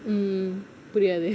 mm புரியாது:puriyaathu